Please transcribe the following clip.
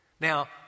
Now